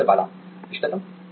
professor Bala इष्टतम